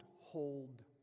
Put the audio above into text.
hold